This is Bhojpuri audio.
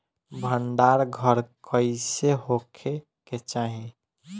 भंडार घर कईसे होखे के चाही?